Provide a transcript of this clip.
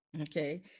okay